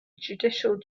judicial